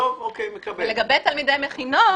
ולגבי תלמידי מכינות,